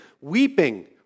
weeping